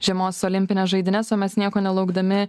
žiemos olimpines žaidynes o mes nieko nelaukdami